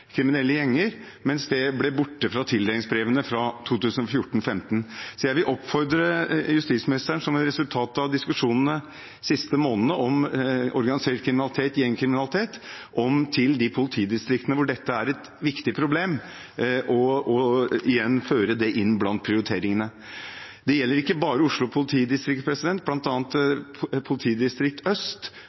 kriminelle gjenger en hovedprioritet, men det ble borte fra tildelingsbrevene i 2014/2015. Jeg vil oppfordre justisministeren til, som et resultat av diskusjonene om organisert kriminalitet og gjengkriminalitet de siste månedene, igjen å føre det inn blant prioriteringene i de politidistriktene hvor dette er et stort problem. Det gjelder ikke bare Oslo politidistrikt. Blant annet i Øst politidistrikt